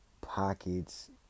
pockets